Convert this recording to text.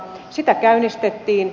sitä käynnistettiin